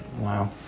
Wow